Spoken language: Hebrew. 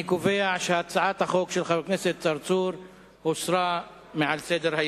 אני קובע שהצעת החוק של חבר הכנסת צרצור הוסרה מסדר-היום.